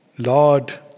Lord